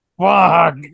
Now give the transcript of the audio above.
Fuck